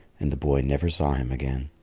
and the boy never saw him again.